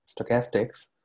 stochastics